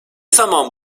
zaman